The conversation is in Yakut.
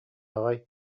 аҕай